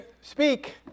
speak